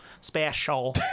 special